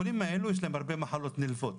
החולים האלו יש להם הרבה מחלות נלוות,